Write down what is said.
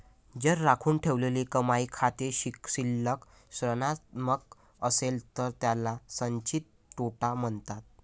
जर राखून ठेवलेली कमाई खाते शिल्लक ऋणात्मक असेल तर त्याला संचित तोटा म्हणतात